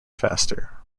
faster